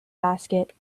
basket